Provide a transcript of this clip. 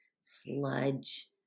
sludge